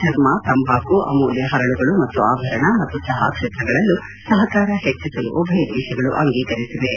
ಚರ್ಮ ತಂಬಾಕು ಅಮೂಲ್ಯ ಹರಳುಗಳು ಮತ್ತು ಆಭರಣ ಮತ್ತು ಚಹಾ ಕ್ಷೇತ್ರಗಳಲ್ಲೂ ಸಹಕಾರ ಹೆಚ್ಚಸಲು ಉಭಯ ದೇಶಗಳು ಅಂಗೀಕರಿಸಿವೆ